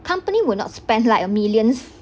company will not spend like a millions